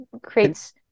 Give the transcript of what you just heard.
Creates